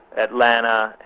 atlanta,